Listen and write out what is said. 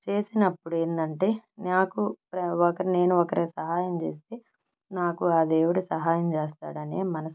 చేసినప్పుడు ఏందంటే నాకు ప్ర ఒకరి నేను ఒకరికి సహాయం చేస్తే నాకు ఆ దేవుడు సహాయం చేస్తాడనే మనస్తత్వం